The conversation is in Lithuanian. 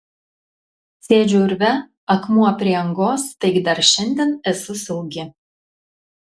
sėdžiu urve akmuo prie angos taigi dar šiandien esu saugi